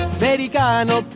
americano